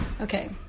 Okay